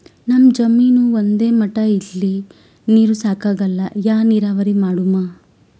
ನಮ್ ಜಮೀನ ಒಂದೇ ಮಟಾ ಇಲ್ರಿ, ನೀರೂ ಸಾಕಾಗಲ್ಲ, ಯಾ ನೀರಾವರಿ ಮಾಡಮು?